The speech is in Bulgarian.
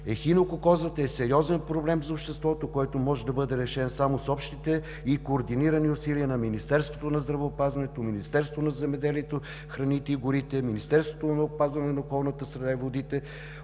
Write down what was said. Ехинококозата е сериозен проблем за обществото, който може да бъде решен само с общите и координирани усилия на Министерството на здравеопазването, Министерството на земеделието, храните и горите, Министерството на околната среда и водите,